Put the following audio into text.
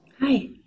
Hi